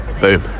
boom